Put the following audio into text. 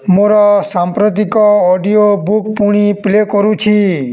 ମୋର ସାମ୍ପ୍ରତିକ audio book ପୁଣି ପ୍ଲେ' କରୁଛି